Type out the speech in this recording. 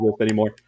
anymore